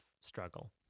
struggle